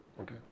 okay